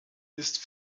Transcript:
ist